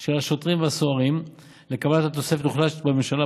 שנים של השוטרים והסוהרים לקבלת התוספת הוחלט בממשלה,